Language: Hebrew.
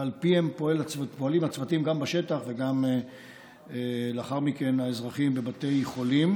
ועל פיהם פועלים הצוותים גם בשטח וגם לאחר מכן האזרחים בבתי החולים.